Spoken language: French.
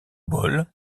boll